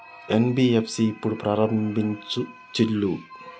NBFC ఎప్పుడు ప్రారంభించిల్లు?